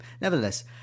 Nevertheless